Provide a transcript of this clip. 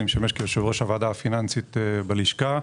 אני משמש כיושב-ראש הוועדה הפיננסית בלשכה.